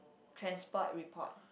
transport report